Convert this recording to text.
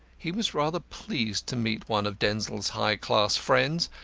he was rather pleased to meet one of denzil's high-class friends,